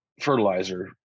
fertilizer